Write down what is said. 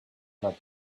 not